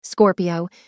Scorpio